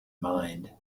mind